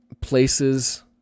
places